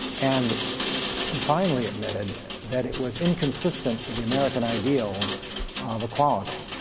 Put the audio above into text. and he finally admitted that it was inconsistent with the american ideals of equality.